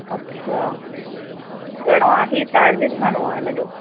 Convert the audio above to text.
अच्छा घणो आहे चार्जिस घणो आहे हिनजो